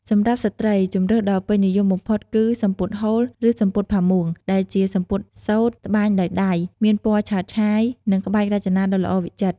សម្រាប់ស្ត្រី ជម្រើសដ៏ពេញនិយមបំផុតគឺ សំពត់ហូល ឬ សំពត់ផាមួង ដែលជាសំពត់សូត្រត្បាញដោយដៃ មានពណ៌ឆើតឆាយ និងក្បាច់រចនាដ៏ល្អវិចិត្រ។